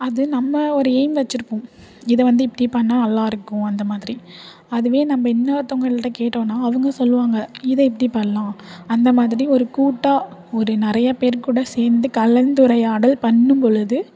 அது நம்ம ஒரு எய்ம் வச்சுருப்போம் இதை வந்து இப்படி பண்ணால் நல்லா இருக்கும் அந்தமாதிரி அதுவே நம்ம இன்னொருத்தங்கள்ட்ட கேட்டோனால் அவங்க சொல்லுவாங்க இதை இப்படி பண்ணலாம் அந்தமாதிரி ஒரு கூட்டாக ஒரு நிறைய பேர்கூட சேர்ந்து கலந்துரையாடல் பண்ணும்பொழுது